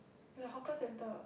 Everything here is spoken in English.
a hawker centre